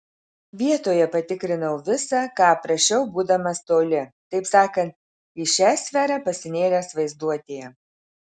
vietoje patikrinau visa ką aprašiau būdamas toli taip sakant į šią sferą pasinėręs vaizduotėje